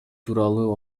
тууралуу